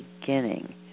beginning